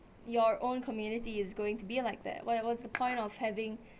your own community is going to be like that what was the point of having